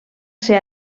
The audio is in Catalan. ser